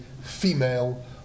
female